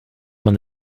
man